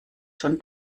schon